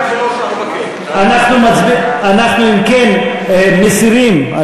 אנחנו, אם כן, מסירים.